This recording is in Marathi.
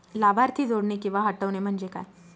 लाभार्थी जोडणे किंवा हटवणे, म्हणजे काय?